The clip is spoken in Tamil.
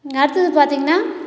அடுத்தது பார்த்தீங்ன்னா